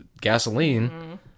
gasoline